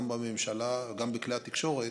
גם בממשלה וגם בכלי התקשורת,